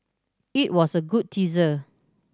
it was a good teaser